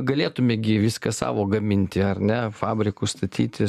galėtume gi viską savo gaminti ar ne fabrikus statyti